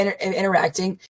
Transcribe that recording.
interacting